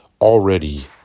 already